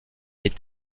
est